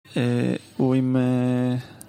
אה.. הוא עם אה..